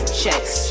checks